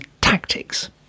tactics